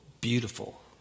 beautiful